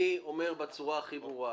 אני אומר בצורה הכי ברורה: